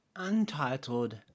Untitled